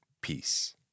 Peace